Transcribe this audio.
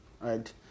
right